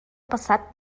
passat